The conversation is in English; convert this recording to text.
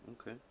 okay